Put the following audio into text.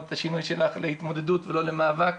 את השינוי שעשית ואמרת התמודדות ולא למאבק